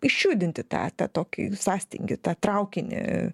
išjudinti tą tą tokį sąstingį tą traukinį